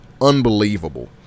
unbelievable